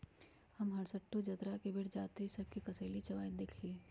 हम हरसठ्ठो जतरा के बेर जात्रि सभ के कसेली चिबाइत देखइलइ